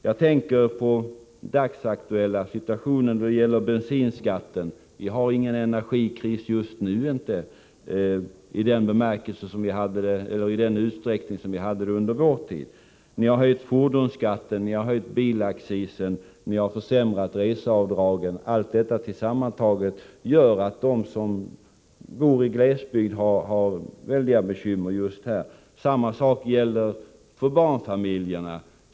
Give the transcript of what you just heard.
Jag tänker på den dagsaktuella situationen då det gäller bensinskatten. Vi har ingen energikris just nu i den utsträckning som vi hade under vår regeringstid. Ni har höjt fordonsskatten, ni har höjt bilaccisen och ni har försämrat reseavdragen. Allt detta sammantaget gör att de som bor i glesbygd har väldiga bekymmer. Samma sak gäller för barnfamiljerna.